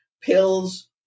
pills